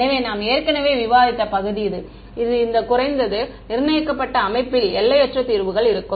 எனவே நாம் ஏற்கனவே விவாதித்த பகுதி இது இந்த குறைத்து நிர்ணயிக்கப்பட்ட அமைப்பில் எல்லையற்ற தீர்வுகள் இருக்கும்